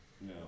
No